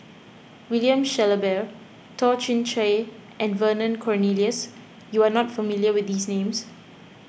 William Shellabear Toh Chin Chye and Vernon Cornelius you are not familiar with these names